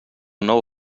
nou